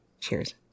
Cheers